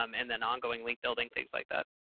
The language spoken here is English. um and then ongoing link building things like that.